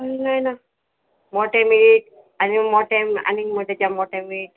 ना ना मोटे मीठ आनी मोटे आनीक मोटेच्या मोटे मीठ